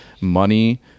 money